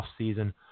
offseason